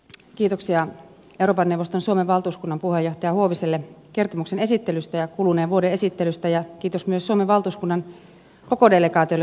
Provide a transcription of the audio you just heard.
kiitoksia euroopan neuvoston suomen valtuuskunnan puheenjohtaja huoviselle kertomuksen esittelystä ja kuluneen vuoden esittelystä ja kiitos myös suomen valtuuskunnan koko delegaatiolle kuluneesta vuodesta